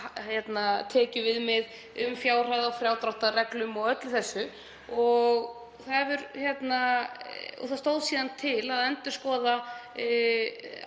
tekjuviðmið, um fjárhæð á frádráttarreglum og öllu þessu. Það stóð síðan til að endurskoða